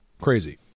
crazy